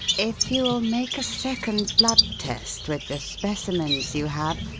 if you will make a second blood test, with the specimens you have,